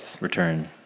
return